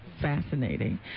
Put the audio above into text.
fascinating